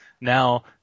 Now